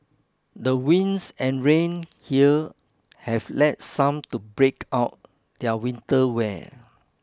the winds and rain here have led some to break out their winter wear